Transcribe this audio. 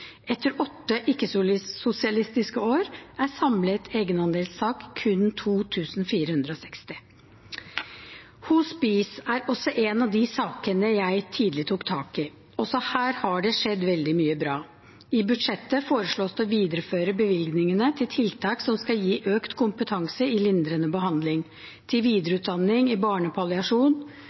Etter åtte ikke-sosialistiske år er samlet egenandelstak kun 2 460. Hospice er også en av de sakene jeg tidlig tok tak i. Også her har det skjedd veldig mye bra. I budsjettet foreslås det å videreføre bevilgningene til tiltak som skal gi økt kompetanse i lindrende behandling, til videreutdanning i barnepalliasjon,